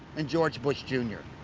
and george bush jr.